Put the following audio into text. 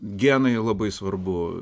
genai labai svarbu